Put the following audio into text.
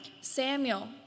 Samuel